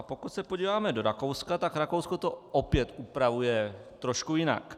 Pokud se podíváme do Rakouska, tak Rakousko to opět upravuje trošku jinak.